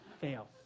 Fail